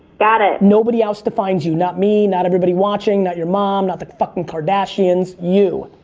got it. nobody else defines you. not me, not everybody watching, not your mom, not the fucking kardashians. you.